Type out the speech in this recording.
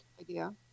idea